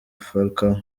falcao